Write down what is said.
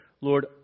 Lord